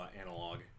analog